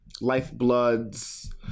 Lifeblood's